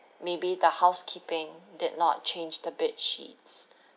maybe the housekeeping did not change the bed sheets